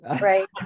right